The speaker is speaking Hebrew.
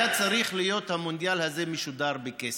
המונדיאל הזה היה צריך להיות משודר בכסף.